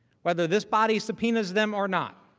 whether this body subpoenas them or not.